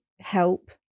help